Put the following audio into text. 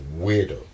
weirdo